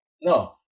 No